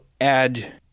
add